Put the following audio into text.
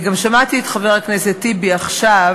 אני גם שמעתי את חבר הכנסת טיבי עכשיו,